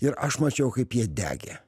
ir aš mačiau kaip jie degė